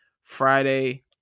Friday